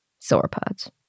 sauropods